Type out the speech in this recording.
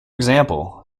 example